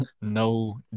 no